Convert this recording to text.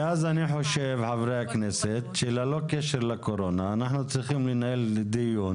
אני חושב שללא קשר לקורונה אנחנו צריכים לנהל דיון